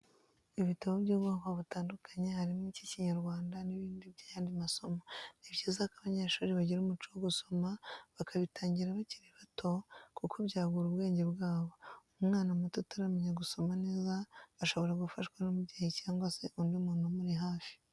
Ibitabo by'ubwoko butandukanye harimo icy'Ikinyarwanda n'ibindi by'ayandi masomo, ni byiza ko abanyeshuri bagira umuco wo gusoma bakabitangira bakiri bato kuko byagura ubwenge bwabo, umwana muto utaramenya gusoma neza shobora gufashwa n'umubyeyi cyangwa se undi muntu umuri hafi.